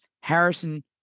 Harrison